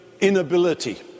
inability